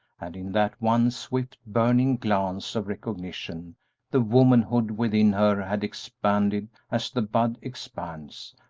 and in that one swift, burning glance of recognition the womanhood within her had expanded as the bud expands,